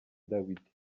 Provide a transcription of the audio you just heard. dawidi